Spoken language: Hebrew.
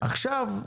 עכשיו,